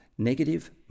Negative